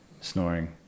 snoring